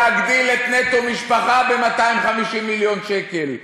להגדיל את "נטו משפחה" ב-250 מיליון שקלים.